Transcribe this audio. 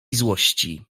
złości